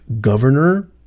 governor